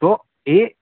તો એ